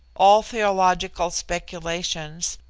all theological speculations,